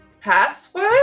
password